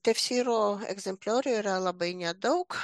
tefyro egzempliorių yra labai nedaug